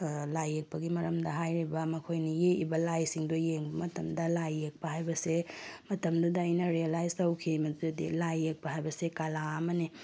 ꯂꯥꯏ ꯌꯦꯛꯄꯒꯤ ꯃꯔꯝꯗ ꯍꯥꯏꯔꯤꯕ ꯃꯈꯣꯏꯅ ꯌꯦꯛꯏꯕ ꯂꯥꯏꯁꯤꯡꯗꯣ ꯌꯦꯡꯕ ꯃꯇꯝꯗ ꯂꯥꯏ ꯌꯦꯛꯄ ꯍꯥꯏꯕꯁꯦ ꯃꯇꯝꯗꯨꯗ ꯑꯩꯅ ꯔꯤꯌꯦꯂꯥꯏꯁ ꯇꯧꯈꯤ ꯃꯗꯨꯗꯤ ꯂꯥꯏ ꯌꯦꯛꯄ ꯍꯥꯏꯕꯁꯦ ꯀꯂꯥ ꯑꯃꯅꯤ